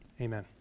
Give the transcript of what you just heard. Amen